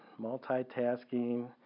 multitasking